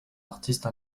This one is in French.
artiste